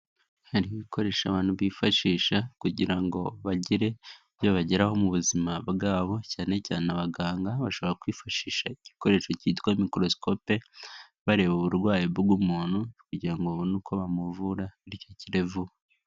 Hariho ibikoresho abantu bifashisha kugira ngo bagire ibyo bageraho mu buzima bwabo cyane cyane abaganga. Bashobora kwifashisha igikoresho kitwa microscope bareba uburwayi bw'umuntu kugira ngo babone uko bamuvura bityo akire vuba.